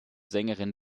sängerin